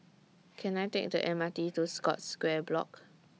Can I Take The M R T to Scotts Square Block